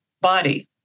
body